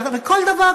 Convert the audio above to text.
וכל דבר,